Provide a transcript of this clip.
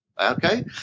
Okay